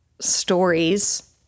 stories